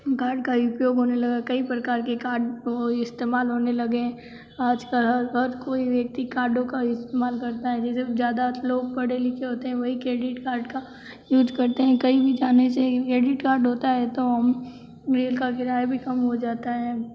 card का उपयोग होने लगा कई प्रकार के कार्ड वो इस्तेमाल होने लगे है आज कल हर कोई व्यक्ति कार्डों का इस्तेमाल करता है जैसे ज़्यादा लोग पढ़े लिखे होते है वही क्रेडिट कार्ड का यूस करते है कही भी जाने से क्रेडिट कार्ड होता है तो हम बिल का किराया भी कम हो जाता है